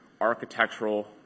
architectural